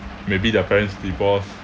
maybe their parents divorce